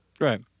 right